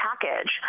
package